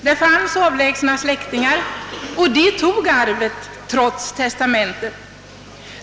Det fanns nämligen avlägsna släktingar, som tog hand om arvet trots det upprättade testamentet.